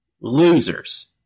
losers